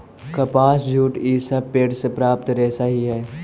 कपास, जूट इ सब पेड़ से प्राप्त रेशा ही हई